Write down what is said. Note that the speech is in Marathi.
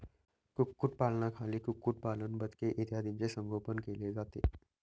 कुक्कुटपालनाखाली कुक्कुटपालन, बदके इत्यादींचे संगोपन केले जाते